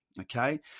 Okay